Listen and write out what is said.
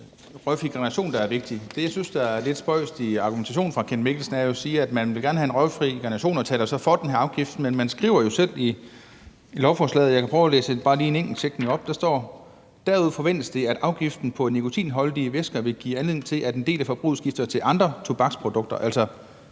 røgfri generation, der er vigtig? Det, jeg synes er lidt spøjst i argumentationen fra hr. Kenneth Mikkelsen, er jo, at man siger, at man gerne vil have en røgfri generation, og så taler for den her afgift. Men man skriver jo selv i lovforslaget, og jeg kan prøve at læse bare en enkelt sætning op. Der står: »Derudover forventes det, at afgiften på nikotinholdige væsker vil give anledning til, at en del af forbruget skifter til andre tobaksprodukter.« Altså,